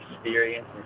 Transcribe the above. experience